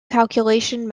calculation